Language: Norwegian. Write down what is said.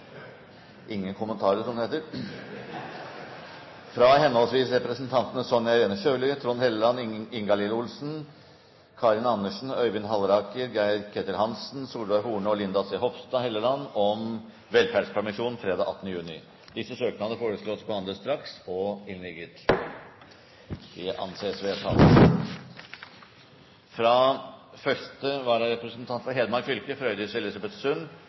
fra henholdsvis representantene Sonja Irene Sjøli, Trond Helleland, Ingalill Olsen, Karin Andersen, Øyvind Halleraker, Geir-Ketil Hansen, Solveig Horne og Linda C. Hofstad Helleland om velferdspermisjon fredag 18. juni. Disse søknader foreslås behandlet straks og innvilget. – Det anses vedtatt. Fra første vararepresentant for Hedmark fylke, Frøydis Elisabeth Sund,